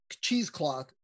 cheesecloth